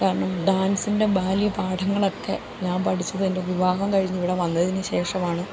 കാരണം ഡാൻസിൻ്റെ ബാല്യപാഠങ്ങളൊക്കെ ഞാൻ പഠിച്ചത് എൻ്റെ വിവാഹം കഴിഞ്ഞ് ഇവിടെ വന്നതിനു ശേഷമാണ്